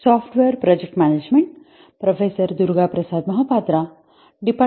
शुभ दुपार